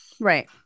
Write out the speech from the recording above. right